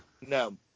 No